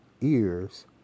ears